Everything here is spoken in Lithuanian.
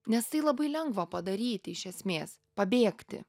nes tai labai lengva padaryti iš esmės pabėgti